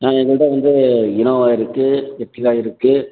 நாங்கள் எங்கள்ட்ட வந்து யுனாவோ இருக்குது இட்லா இருக்குது